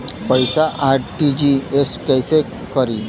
पैसा आर.टी.जी.एस कैसे करी?